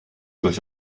got